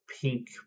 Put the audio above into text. pink